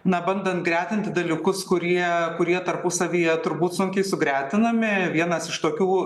na bandant gretinti dalykus kurie kurie tarpusavyje turbūt sunkiai sugretinami vienas iš tokių